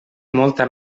molta